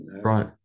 Right